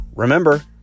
Remember